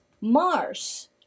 mars